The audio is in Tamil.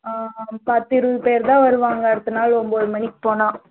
ஆ ஆ பத்து இருபது பேர்தான் வருவாங்கள் அடுத்த நாள் ஒம்பது மணிக்கு போனால்